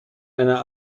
einer